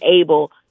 able